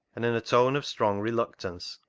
and in a tone of strong reluctance,